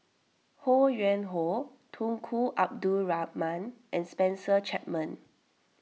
Ho Yuen Hoe Tunku Abdul Rahman and Spencer Chapman